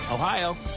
Ohio